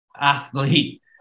athlete